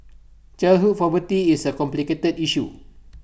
childhood poverty is A complicated issue